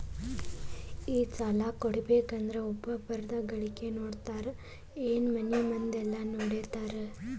ಈ ಸಾಲ ಕೊಡ್ಬೇಕಂದ್ರೆ ಒಬ್ರದ ಗಳಿಕೆ ನೋಡ್ತೇರಾ ಏನ್ ಮನೆ ಮಂದಿದೆಲ್ಲ ನೋಡ್ತೇರಾ ಸಾರ್?